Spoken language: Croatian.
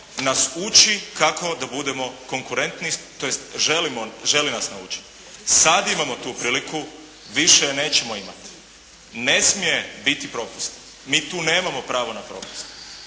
nas ući kako da budemo konkurentni tj. želi nas naučiti. Sada imamo tu priliku, više je nećemo imati. Ne smije biti propusta. Mi tu nemamo pravo na propust.